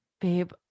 babe